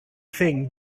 thing